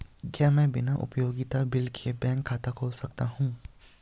क्या मैं बिना उपयोगिता बिल के बैंक खाता खोल सकता हूँ?